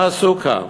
מה עשו כאן?